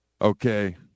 Okay